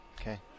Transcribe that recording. Okay